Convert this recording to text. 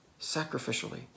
sacrificially